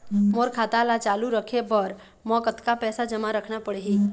मोर खाता ला चालू रखे बर म कतका पैसा जमा रखना पड़ही?